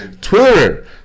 Twitter